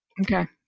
okay